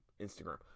Instagram